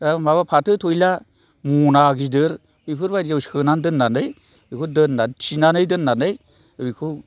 माबा फाथो थयला मना गिदिर बेफोरबायदियाव सोनानै दोननानै बेखौ दोननानै थिनानै दोननानै बेखौ